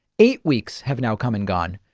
eight weeks have now come and gone.